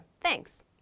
Thanks